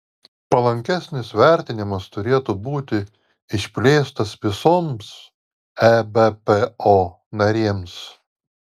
palankesnis vertinimas turėtų būti išplėstas visoms ebpo narėms